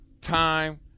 time